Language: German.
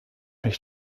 mich